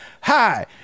hi